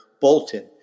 Bolton